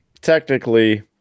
technically